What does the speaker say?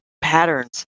patterns